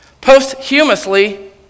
Posthumously